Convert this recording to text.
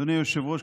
אדוני היושב-ראש,